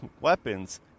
weapons